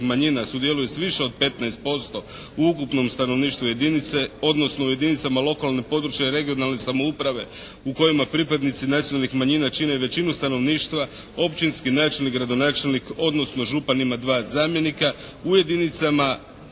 manjina sudjeluju s više od 15% u ukupnom stanovništvu jedinice, odnosno u jedinicama lokalne, područne (regionalne) samouprave u kojima pripadnici nacionalnih manjina čine većinu stanovništva općinski načelnik, gradonačelnik, odnosno župan ima dva zamjenika u jedinicama